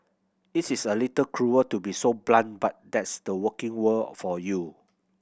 it is a little cruel to be so blunt but that's the working world for you